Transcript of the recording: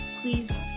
Please